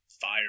fire